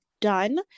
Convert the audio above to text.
Done